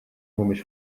mhumiex